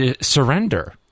surrender